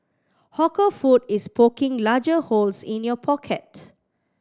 hawker food is poking larger holes in your pocket